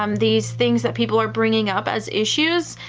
um these things that people are bringing up as issues.